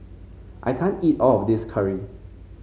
I can't eat all of this curry